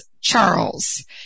Charles